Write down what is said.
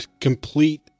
complete